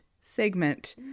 segment